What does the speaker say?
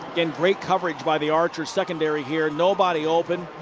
again, great coverage by the archer secondary here. nobody open.